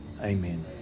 Amen